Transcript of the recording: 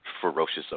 ferocious